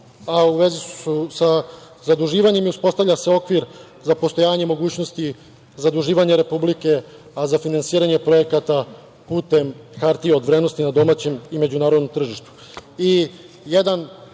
a u vezi su zaduživanjem i uspostavlja se okvir za postojanje mogućnosti zaduživanja Republike, a za finansiranje projekata putem hartija od vrednosti na domaćem i međunarodnom tržištu. Jedan